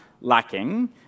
lacking